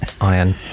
iron